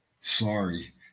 sorry